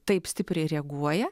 taip stipriai reaguoja